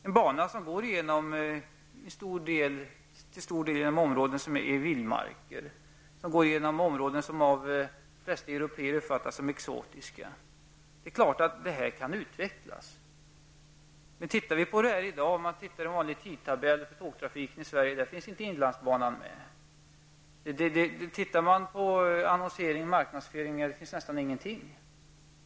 En bana som till stor del går genom områden som är vildmark, som går genom områden som av de flesta européer uppfattas som exotiska, är naturligtvis något som kan utvecklas. Om vi i dag tittar i en vanlig tidtabell över tågtrafiken i Sverige finner vi att inlandsbanan inte finns med där. Tittar man på annonsering och marknadsföring finner man heller nästan ingenting.